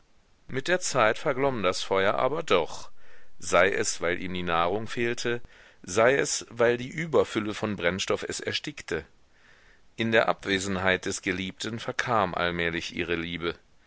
mit der zeit verglomm das feuer aber doch sei es weil ihm die nahrung fehlte sei es weil die überfülle von brennstoff es erstickte in der abwesenheit des geliebten verkam allmählich ihre liebe